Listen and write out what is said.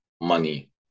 money